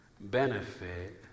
benefit